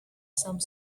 some